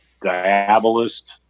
diabolist